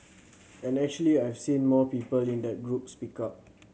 and actually I've seen more people in that group speak up